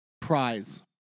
prize